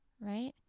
right